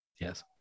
Yes